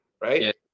right